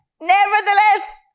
nevertheless